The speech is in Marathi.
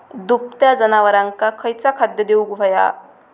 दुभत्या जनावरांका खयचा खाद्य देऊक व्हया?